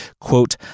quote